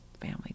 family